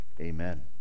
Amen